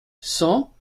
cent